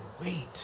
wait